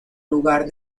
lugar